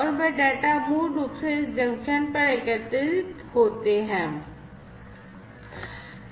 और वे डेटा मूल रूप से इस जंक्शन पर एकत्रित होते हैं